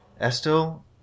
Estelle